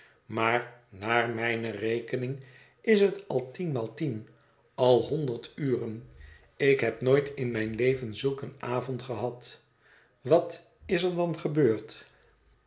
maar naar mijne rekening is het al tienmaal tien al honderd ure ik heb nooit in mijn leven zulk een avond gehad wat is er dan gebeurd